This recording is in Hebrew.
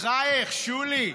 בחייך, שולי,